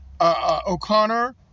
O'Connor